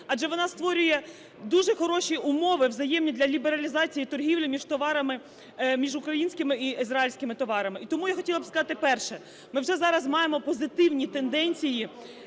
адже вона створює дуже хороші умови взаємні для лібералізації торгівлі між українськими і ізраїльськими товарами. І тому я хотіла б сказати перше. Ми вже зараз маємо позитивні тенденції